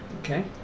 Okay